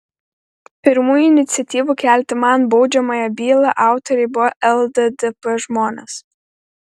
pirmųjų iniciatyvų kelti man baudžiamąją bylą autoriai buvo lddp žmonės